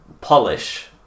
polish